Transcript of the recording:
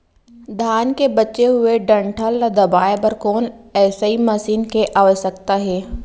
धान के बचे हुए डंठल ल दबाये बर कोन एसई मशीन के आवश्यकता हे?